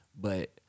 But-